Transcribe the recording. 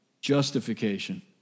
justification